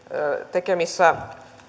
tekemissä